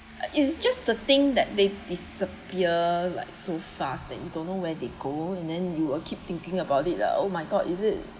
it's just the thing that they disappear like so fast that you don't know where they go and then you will keep thinking about it lah oh my god is it